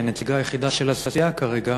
שהיא הנציגה היחידה של הסיעה כרגע,